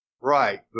Right